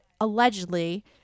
allegedly